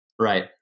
Right